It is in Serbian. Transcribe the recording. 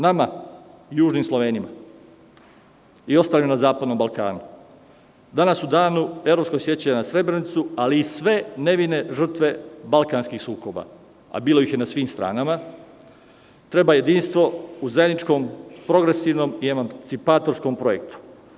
Nama, južnim Slovenima, i ostalima na zapadnom Balkanu danas u danu evropskog sećanja na Srebrenicu, ali i sve nevine žrtve balkanskih sukoba, a bilo ih je na svim stranama, treba jedinstvo u zajedničkom progresivnom i emancipatorskom projektu.